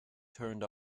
turned